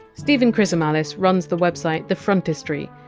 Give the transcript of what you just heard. stephen chrisomalis runs the website the phrontistery,